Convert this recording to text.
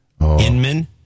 Inman